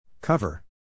Cover